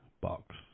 box